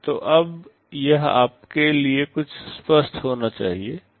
तो अब यह आपके लिए कुछ स्पष्ट होना चाहिए